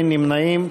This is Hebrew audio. אין נמנעים.